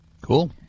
Cool